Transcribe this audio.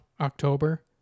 October